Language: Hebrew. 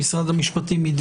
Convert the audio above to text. מן